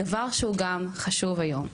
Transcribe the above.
דבר שהוא גם חשוב היום.